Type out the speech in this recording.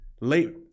late